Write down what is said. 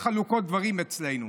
אלה שתי חלוקות דברים אצלנו.